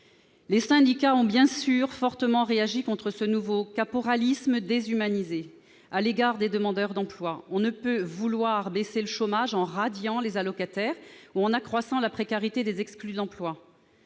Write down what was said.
les syndicats ont fortement réagi contre ce nouveau caporalisme déshumanisé visant les demandeurs d'emploi. On ne peut pas vouloir baisser le chômage en radiant les allocataires ou en accroissant la précarité des exclus de l'emploi.